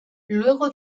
luego